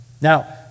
Now